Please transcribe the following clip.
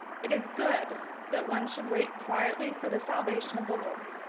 it is good that one should wait quietly for the salvation of the lord.